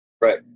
Right